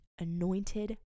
anointed